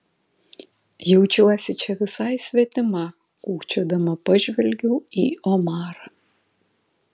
jaučiuosi čia visai svetima kukčiodama pažvelgiau į omarą